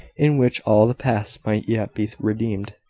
in which all the past might yet be redeemed.